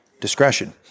discretion